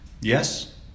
Yes